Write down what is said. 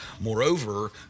Moreover